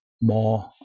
more